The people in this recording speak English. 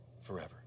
forever